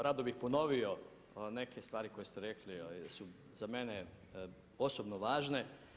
Rado bih ponovio neke stvari koje ste rekli jel su za mene osobno važne.